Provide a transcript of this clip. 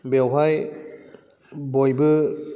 बेवहाय बयबो